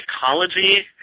psychology